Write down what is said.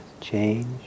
change